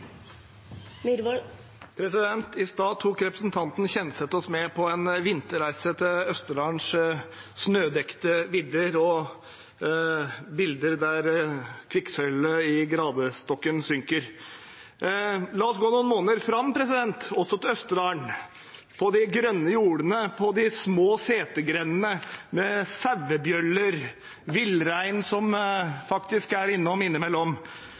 I stad tok representanten Kjenseth oss med på en vinterreise til Østerdalens snødekte vidder, der kvikksølvet i gradestokken synker. La oss gå noen måneder fram, også til Østerdalen, på de grønne jordene og de små setergrendene med sauebjeller, og med villrein som faktisk er innom innimellom.